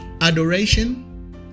Adoration